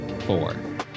Four